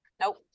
nope